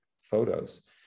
photos